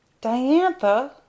Diantha